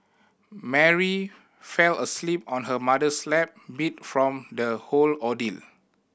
Mary fell asleep on her mother's lap beat from the whole ordeal